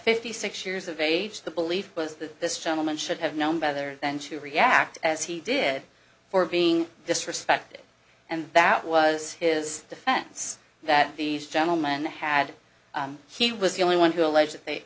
fifty six years of age the belief was that this gentleman should have known better than to react as he did for being disrespected and that was his defense that these gentleman had he was the only one who allege th